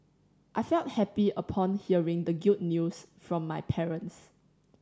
I felt happy upon hearing the news from my parents